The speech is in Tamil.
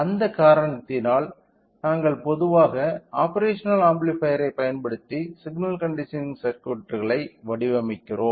அந்த காரணத்தினால் நாங்கள் பொதுவாக ஆப்பேரஷனல் ஆம்பிளிபையர் ஐ பயன்படுத்தி சிக்னல் கண்டிஷனிங் சர்க்யூட்களை வடிவமைக்கிறோம்